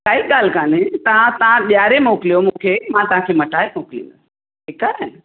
काई ॻाल्हि कोन्हे तव्हां तव्हां ॾेयारे मोकिलियो मूंखे मां तव्हांखे मटाए मोकिलिंदसि ठीकु आहे न